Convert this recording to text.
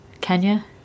Kenya